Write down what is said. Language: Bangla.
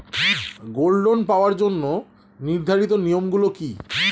গোল্ড লোন পাওয়ার জন্য নির্ধারিত নিয়ম গুলি কি?